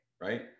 right